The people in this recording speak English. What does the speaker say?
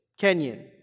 Kenyan